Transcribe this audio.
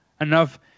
enough